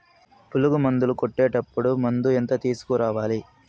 పులుగు మందులు కొట్టేటప్పుడు మందు ఎంత తీసుకురావాలి?